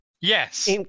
Yes